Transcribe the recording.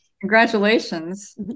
Congratulations